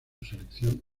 selección